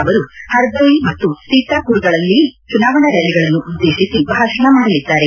ಅವರು ಹರ್ದೋಯಿ ಮತ್ನು ಸೀತಾಪುರ್ಗಳಲ್ಲಿಯೂ ಚುನಾವಣಾ ರ್ನಾಲಿಗಳನ್ನು ಉದ್ಗೇತಿಸಿ ಭಾಷಣ ಮಾಡಲಿದ್ದಾರೆ